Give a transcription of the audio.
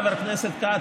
חבר הכנסת כץ,